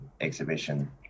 exhibition